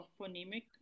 phonemic